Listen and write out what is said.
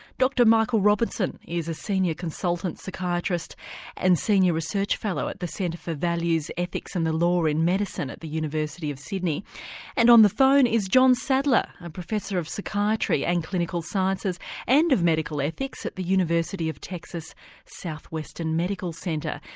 dr michael robertson is a senior consultant psychiatrist and senior research fellow at the centre for values, ethics and the law in medicine at the university of sydney and, on the phone, is john sadler, a professor of psychiatry and clinical sciences and of medical ethics at the university of texas south western medical centre.